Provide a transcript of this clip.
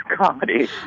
comedy